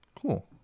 Cool